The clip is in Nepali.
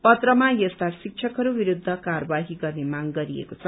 पत्रमा यस्ता शिक्षकहरू विस्न्छ कार्यवाही गर्ने माग गरिएको छ